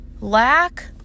Lack